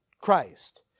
Christ